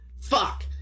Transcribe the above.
fuck